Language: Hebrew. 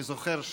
אני זוכר,